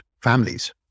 families